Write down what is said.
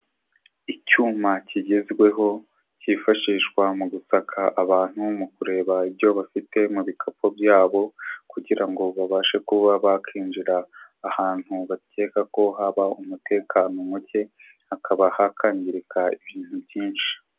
Icyuma kigezweho cyifashishwa mu gusaka abantu, mu kureba ibyo bafite mu bikapu byabo kugira ngo babashe kuba bakinjira ahantu bakeka ko haba umutekano muke, hakaba hakangirika ibintu byinshi.